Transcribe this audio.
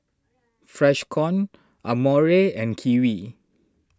Freshkon Amore and Kiwi